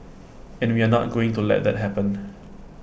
and we are not going to let that happened